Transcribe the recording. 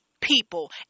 people